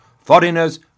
foreigners